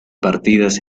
partidas